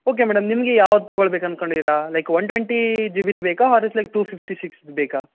okay madam ನಿಮಗೆ ಯಾವ್ದು ತಗೊಳ್ಬೇಕು ಅನ್ಕೊಂಡಿದ್ದೀರಾ ಲೈಕ್ ಒನ್ ಟ್ವೆಂಟಿ ಜಿ ಬಿದು ಬೇಕಾ or else like two fifty ಸಿಕ್ಸ್ದು ಬೇಕಾ